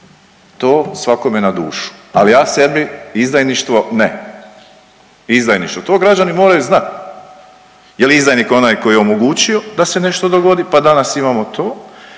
to svakome na dušu. Ali ja sebi izdajništvo ne, izdajništvo, to građani moraju znat jel izdajnik onaj ko je omogućio da se nešto dogodi, pa danas imamo to